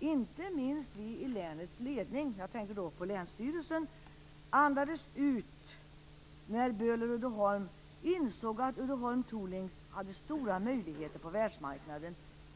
Inte minst vi i länets ledning - jag tänker då på länsstyrelsen - andades ut när Böhler Uddeholm insåg att Uddeholm Tooling hade stora möjligheter på världsmarknaden